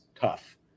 tough